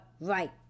right